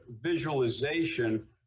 visualization